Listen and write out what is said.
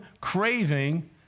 craving